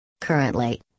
Currently